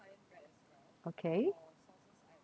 okay